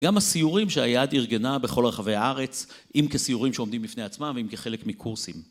גם הסיורים שהיד ארגנה בכל רחבי הארץ, אם כסיורים שעומדים מפני עצמם, אם כחלק מקורסים.